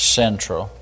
central